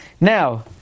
Now